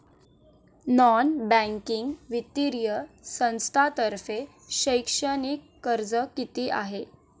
Non banking वित्तीय संस्थांतर्फे शैक्षणिक कर्ज किती आहे?